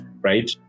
right